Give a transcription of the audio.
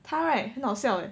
他 right 很好笑 leh